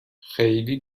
خیلی